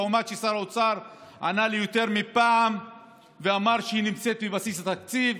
למרות ששר האוצר ענה לי יותר מפעם ואמר שהיא נמצאת בבסיס התקציב,